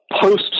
post